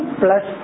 plus